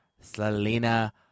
Selena